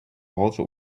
also